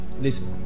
listen